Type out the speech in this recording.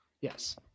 Yes